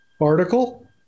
article